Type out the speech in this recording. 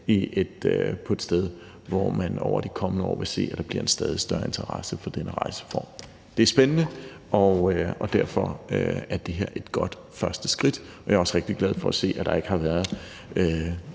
på et sted, hvor man over de kommende år vil se, at der bliver en stadig større interesse for denne rejseform. Det er spændende, og derfor er det her et godt første skridt. Og jeg er også rigtig glad for at se, at der ikke har været